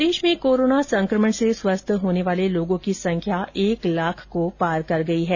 प्रदेश में कोरोना संकमण से स्वस्थ होने वाले लोगों की संख्या एक लाख को पार कर गई है